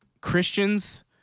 Christians